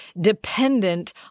dependent